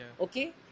Okay